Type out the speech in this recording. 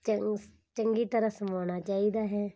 ਚੰ ਚੰਗੀ ਤਰ੍ਹਾਂ ਸਵਾਉਣਾ ਚਾਹੀਦਾ ਹੈ